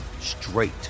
straight